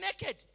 naked